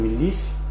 2010